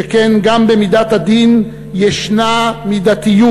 שכן גם במידת הדין יש מידתיות.